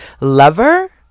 lover